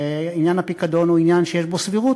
ועניין הפיקדון הוא עניין שיש בו סבירות,